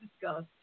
discussed